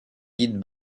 guides